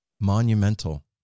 monumental